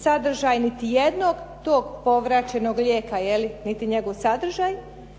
sadržaj niti jednog tog povraćenog lijeka niti njegov sadržaj,